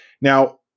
Now